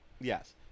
Yes